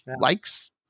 likes